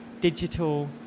digital